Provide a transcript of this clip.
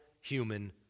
human